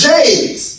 James